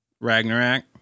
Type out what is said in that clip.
Ragnarok